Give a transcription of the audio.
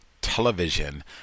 television